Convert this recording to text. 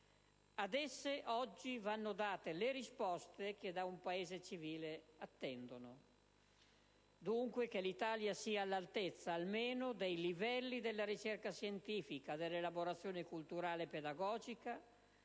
Ad esse oggi vanno date le risposte che da un Paese civile attendono: dunque, che l'Italia sia all'altezza almeno dei livelli della ricerca scientifica, dell'elaborazione culturale e pedagogica,